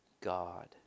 God